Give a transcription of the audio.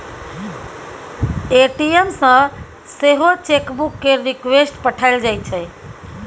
ATM सँ सेहो chequebook केर रिक्वेस्ट पठाएल जाइ छै